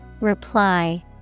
Reply